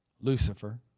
Lucifer